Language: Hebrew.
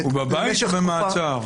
הוא בבית או במעצר?